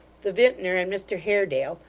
the vintner and mr haredale,